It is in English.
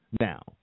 Now